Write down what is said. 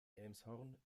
elmshorn